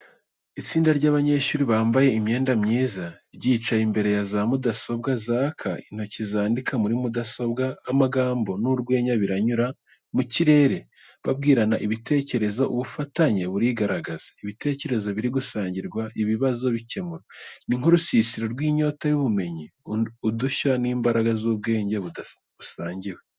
Itsinda ry’abanyeshuri bambaye imyenda myiza, ryicaye imbere ya za mudasobwa zaka, intoki zandika muri mudasobwa. Amagambo n’urwenya biranyura mu kirere, babwirana ibitekerezo. Ubufatanye burigaragaza, ibitekerezo biri gusangirwa, ibibazo bikemurwa. Ni nk’urusisiro rw’inyota y’ubumenyi, udushya n’imbaraga z’ubwenge busangiwe.